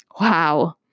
Wow